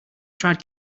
tried